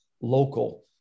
local